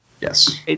Yes